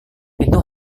pintu